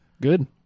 Good